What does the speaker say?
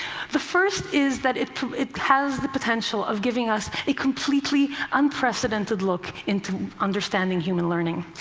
the first is that it it has the potential of giving us a completely unprecedented look into understanding human learning.